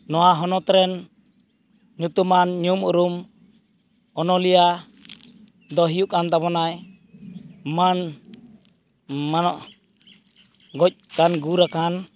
ᱱᱚᱣᱟ ᱦᱚᱱᱚᱛᱨᱮᱱ ᱧᱩᱛᱩᱢᱟᱱ ᱧᱩᱢᱩᱨᱩᱢ ᱚᱱᱚᱞᱤᱭᱟᱹ ᱫᱚᱭ ᱦᱩᱭᱩᱜᱠᱟᱱ ᱛᱟᱵᱚᱱᱟᱭ ᱢᱟᱹᱱ ᱜᱚᱡ ᱠᱟᱱ ᱜᱩᱨ ᱟᱠᱟᱱ